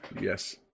Yes